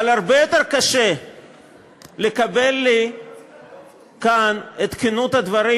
אבל, הרבה יותר קשה לקבל כאן את כנות הדברים